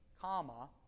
comma